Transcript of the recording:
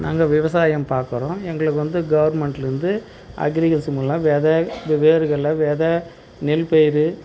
நாங்கள் விவசாயம் பார்க்குறோம் எங்களுக்கு வந்து கவுர்மெண்ட்லேருந்து அக்ரிகல்ச்சர் மூலமாக வெதை வேர்கடல வெதை நெல்பயிரு